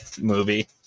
movie